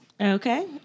Okay